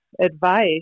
advice